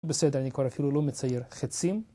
בסדר, אני כבר אפילו לא מצייר חצים.